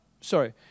sorry